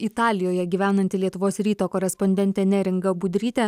italijoje gyvenanti lietuvos ryto korespondentė neringa budrytė